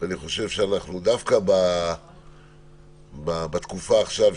בתקופה עכשיו,